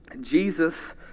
Jesus